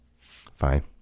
Fine